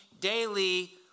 daily